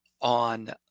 on